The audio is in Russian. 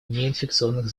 неинфекционных